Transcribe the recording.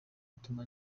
yatumye